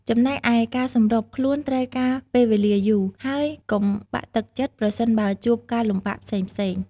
ចំណែកឯ ការសម្របខ្លួនត្រូវការពេលវេលាយូរ ហើយកុំបាក់ទឹកចិត្តប្រសិនបើជួបការលំបាកផ្សេងៗ។